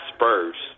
Spurs